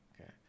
okay